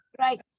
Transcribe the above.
right